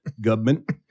Government